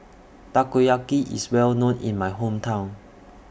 Takoyaki IS Well known in My Hometown